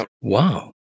wow